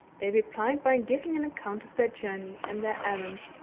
they replied by giving an account of their journey and their errand,